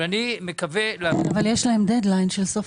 אבל יש להם דד-ליין של סוף